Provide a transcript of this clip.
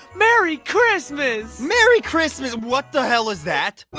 merry christmas! merry christmas! what the hell is that?